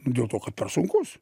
dėl to kad per sunkus